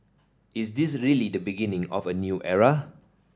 is this really the beginning of a new era